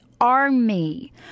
army